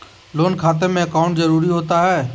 Loan खाते में account जरूरी होता है?